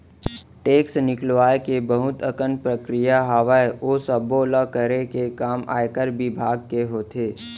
tax निकलवाय के बहुत अकन प्रक्रिया हावय, ओ सब्बो ल करे के काम आयकर बिभाग के होथे